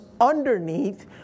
underneath